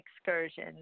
excursion